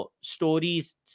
stories